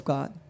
God